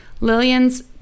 lillian's